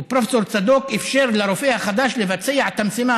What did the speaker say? ופרופ' צדוק אפשר לרופא החדש לבצע את המשימה